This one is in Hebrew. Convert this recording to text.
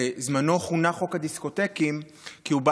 ובזמנו כונה "חוק הדיסקוטקים" כי הוא בא